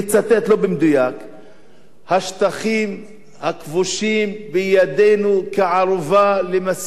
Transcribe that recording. השטחים הכבושים בידינו כערובה למשא-ומתן עם הערבים לשלום.